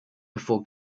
before